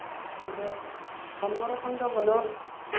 ꯑꯗꯣ ꯊꯝꯃꯣꯔꯣ ꯀꯝꯗꯧꯕꯅꯣ